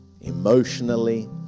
emotionally